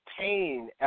pain